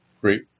great